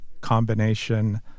combination